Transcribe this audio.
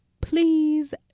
Please